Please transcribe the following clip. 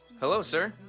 hello sir,